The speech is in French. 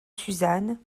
suzanne